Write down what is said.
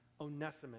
Onesimus